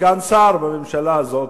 סגן שר בממשלה הזאת,